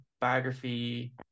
biography